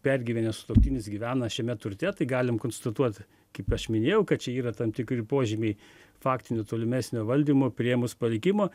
pergyvenęs sutuoktinis gyvena šiame turte tai galim konstatuot kaip aš minėjau kad čia yra tam tikri požymiai faktinių tolimesnio valdymo priėmus palikimo